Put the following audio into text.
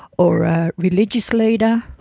or a religious leader,